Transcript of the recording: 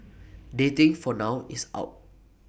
dating for now is out